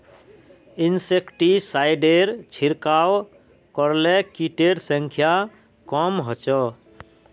इंसेक्टिसाइडेर छिड़काव करले किटेर संख्या कम ह छ